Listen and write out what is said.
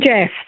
jeff